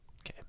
Okay